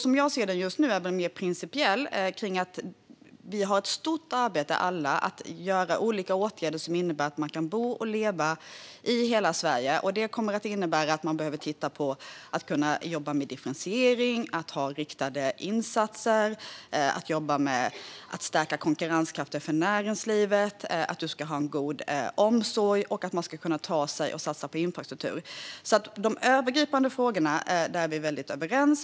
Som jag ser det just nu är frågan mer principiell. Vi har alla ett stort arbete att göra. Det handlar om olika åtgärder som innebär att man kan bo och leva i hela Sverige. Det kommer att innebära att man behöver titta på differentiering och riktade insatser. Det handlar om att stärka konkurrenskraften för näringslivet. Det ska finnas en god omsorg, och man ska satsa på infrastruktur. I de övergripande frågorna är vi väldigt överens.